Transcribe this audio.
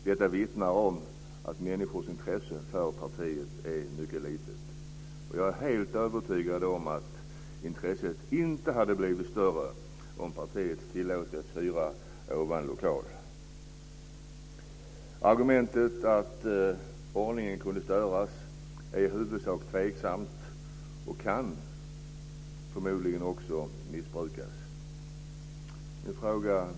Detta vittnar om att människors intresse för partiet är mycket litet. Jag är helt övertygad om att intresset inte hade blivit större om partiet hade tillåtits hyra denna lokal. Argumentet att ordningen kan störas är i huvudsak tveksamt och kan förmodligen också missbrukas.